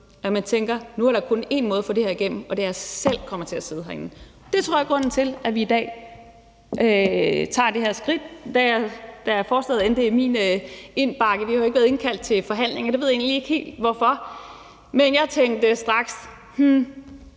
at man tænker, at nu er der kun én måde at få det her igennem på, og det er, at man selv kommer til at sidde herinde. Det tror jeg er grunden til, at vi i dag tager det her skridt. Da forslaget endte i min indbakke – vi har jo ikke været indkaldt til forhandlinger, jeg ved egentlig ikke helt hvorfor – tænkte jeg straks: Det